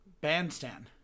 Bandstand